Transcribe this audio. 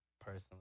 personally